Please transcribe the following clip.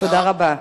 תודה רבה.